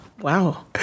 Wow